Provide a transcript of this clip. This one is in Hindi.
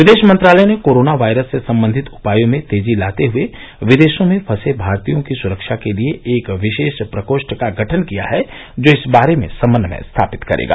विदेश मंत्रालय ने कोरोना वायरस से संबंधित उपायों में तेजी लाते हुए विदेशों में फंसे भारतीयों की सुरक्षा के लिए एक विशेष प्रकोष्ठ का गठन किया है जो इस बारे में समन्वय स्थापित करेगा